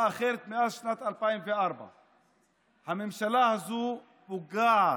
אחרת מאז שנת 2004. הממשלה הזו פוגעת